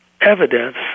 evidence